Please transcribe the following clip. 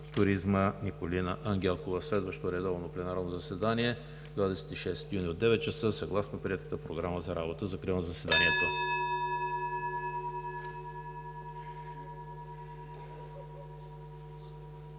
туризма Николина Ангелкова. Следващо редовно пленарно заседание – 26 юни 2020 г. от 9,00 ч. съгласно приетата Програма за работа. Закривам заседанието.